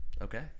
Okay